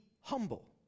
humble